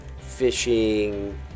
fishing